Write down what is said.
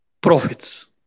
profits